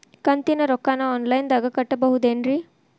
ಕಂತಿನ ರೊಕ್ಕನ ಆನ್ಲೈನ್ ದಾಗ ಕಟ್ಟಬಹುದೇನ್ರಿ?